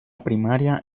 primaria